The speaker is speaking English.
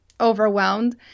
overwhelmed